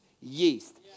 yeast